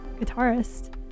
guitarist